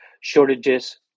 shortages